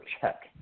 check